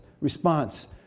response